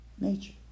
nature